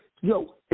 Yo